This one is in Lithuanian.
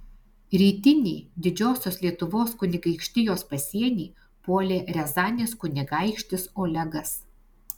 rytinį didžiosios lietuvos kunigaikštijos pasienį puolė riazanės kunigaikštis olegas